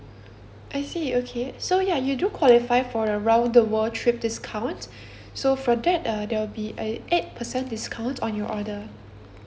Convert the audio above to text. I see okay so ya you do qualify for around the world trip discount so for that uh there'll be a eight percent discount on your order